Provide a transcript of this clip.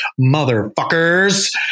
motherfuckers